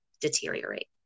deteriorate